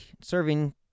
serving